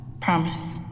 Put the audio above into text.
promise